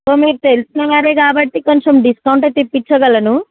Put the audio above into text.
so మీరు తెలిసినవారే కాబట్టి కొంచెం డిస్కౌంట్ అయితే ఇప్పించగలను